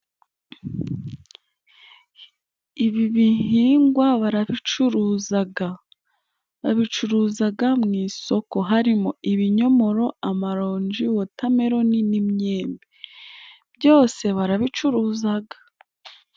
Ibi bihingwa barabicuruzaga. Babicuruzaga mu isoko harimo ibinyomoro, amaronji, watameroni n'imyembe. Byose barabicuruzaga.